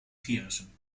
virussen